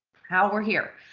how we're here.